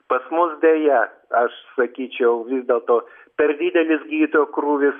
pas mus deja aš sakyčiau vis dėlto per didelis gydytojo krūvis